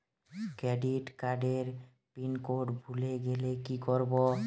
Credit কার্ডের pin code ভুলে গেলে কি করব?